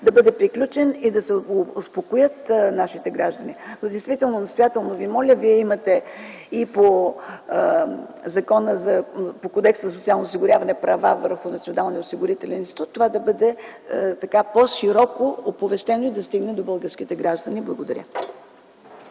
да бъде приключено и да се успокоят нашите граждани. Но действително настоятелно Ви моля, Вие имате и по Кодекса за социално осигуряване права върху Националния осигурителен институт, това да бъде по-широко оповестено и да стигне до българските граждани. Благодаря.